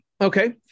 Okay